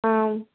ஆம்